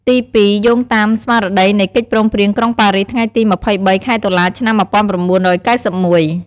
ទីពីរ យោងតាមស្មារតីនៃកិច្ចព្រមព្រៀងក្រុងប៉ារីសថ្ងៃទី២៣ ខែតុលា ឆ្នាំ១៩៩១។